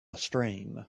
stream